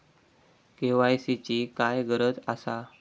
KYC ची काय गरज आसा?